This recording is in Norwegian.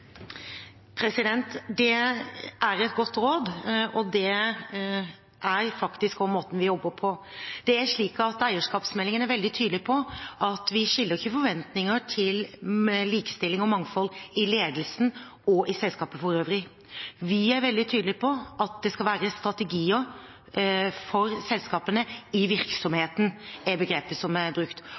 det er faktisk også måten vi jobber på. Det er slik at eierskapsmeldingen er veldig tydelig på at vi skiller ikke mellom forventninger til likestilling og mangfold i ledelsen i selskapet for øvrig. Vi er veldig tydelige på at det skal være strategier for selskapene – «i virksomheten» er begrepet som er brukt